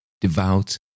devout